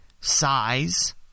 size